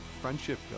friendship